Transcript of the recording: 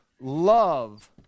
love